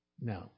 No